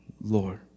Lord